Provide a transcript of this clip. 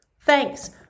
Thanks